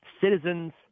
citizens